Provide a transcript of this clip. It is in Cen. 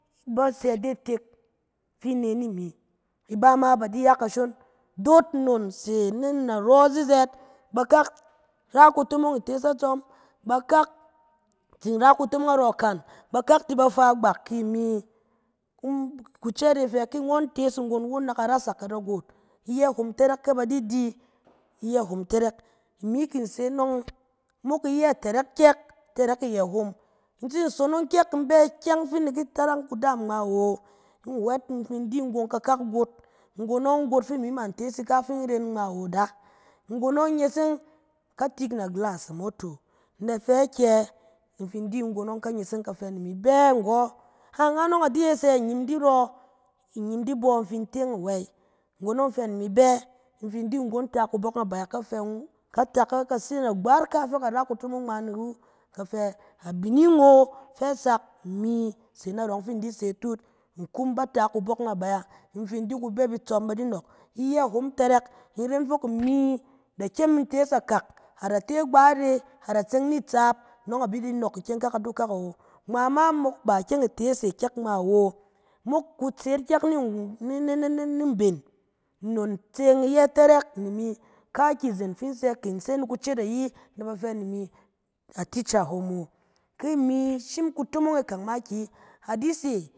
Ba sɛ ide tek, fi ne ni imi. Iba ma ba di ya kashon, doot nnon se na narɔ zizɛɛt, bakak ra kutomong itees atsɔm, bakak tsin ra kutomong narɔ ikan, bakak ti ba fa gbak ki imi. kucɛɛt e fɛ ki ngɔn tees nggon won na ka rasak ka da goot. Iyɛ hom tɛrɛk ke ba di di, iyɛ hom tɛrɛk. Imi ki se anɔng, mok iyɛ tɛrɛk kyɛk, itɛrɛk iyɛ hom, in tsin sonong kyɛk, in bɛ ikyɛng fi in da ki tarang kudam ngma awo, nwɛt in fin di nggon akak got, nggon ɔng got fi imi man tees ika fi imi ren ika ngma wo da, nggon e ɔng neseng, ka tik na agilas amoto, na fɛ akyɛ, in fin di nggon ɔng ka neseng, ka fɛ ni imi, bɛ nggɔ, angan ɔng a di yes e, inyim di rɔ, nyim di bɔ, in fin teng awey. Nggon ɔng fɛ ni imi bɛ, in di nggon ta kubɔk na baya, ka fɛ ka tak, ka se na agbat ka fɛ ka ra kutomong ngma ni wu. Ka fɛ, abinin ɔng fɛ a sak mi se narɔ yɔng fin in di se tut. Nkum ba ta kubɔk na baya, in fin di kubɛp itsɔm fɛ ba di nɔɔk. Iyɛ hom tɛrɛk. in ren fok imi, da kyem in tees akak, a da te agbat e, a da tseng ni tsaap, nɔng a da bɛ di nɔɔk ikikak awo. Ngma ma mok ba ikyɛng itees e kyɛk ngma awo, mok kutse kyɛk ni wu- ni ni ni mben. Nnon tse iyɛ tarak ni imi, kaakyi zen fin in se, kin in se ni kucet ayi na ba fɛ in imi atica hom o. ki imi shim kutomong e kang makiyi, a di se